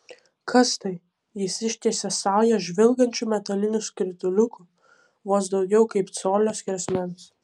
kas tai jis ištiesė saują žvilgančių metalinių skrituliukų vos daugiau kaip colio skersmens